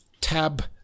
tab